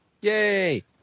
Yay